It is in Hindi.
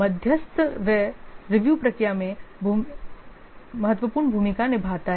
मध्यस्थ वह रिव्यू प्रक्रिया में महत्वपूर्ण भूमिका निभाता है